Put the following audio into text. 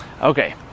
Okay